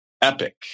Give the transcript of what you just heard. Epic